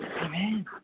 Amen